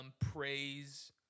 praise